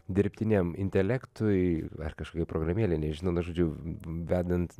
dirbtiniam intelektui ar kažkokioj programėlėj nežinau na žodžiu vedant